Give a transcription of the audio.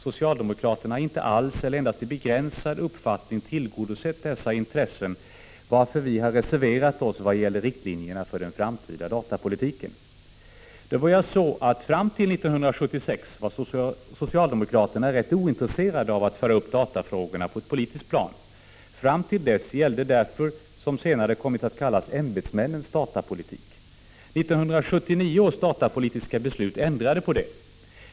Socialdemokraterna har inte alls eller endast i begränsad omfattning tillgodsett dessa intressen, varför vi har reserverat oss vad gäller riktlinjerna för den framtida datapolitiken. Fram till 1976 var socialdemokraterna rätt ointresserade av att föra upp datafrågorna på ett politiskt plan. Fram till dess gällde därför det som senare kommit att kallas ämbetsmännens datapolitik. 1979 års datapolitiska beslut ändrade på det.